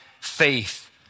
faith